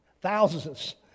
thousands